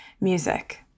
music